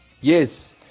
Yes